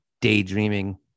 daydreaming